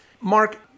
Mark